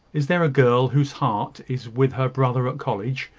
is there a girl whose heart is with her brother at college,